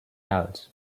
else